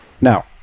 now